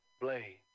Blade